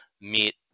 meet